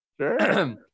Sure